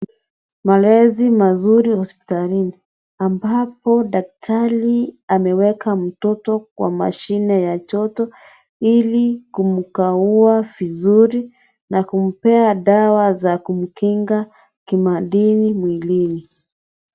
Malezi mazuri hospitalini ambapo daktari ameweka mtoto kwa mashine ya joto ili kumkagua vizuri na kumpea dawa za kumkinga kimadini mwilini.